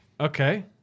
Okay